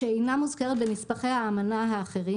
שאינה מוזכרת בנספחי האמנה האחרים,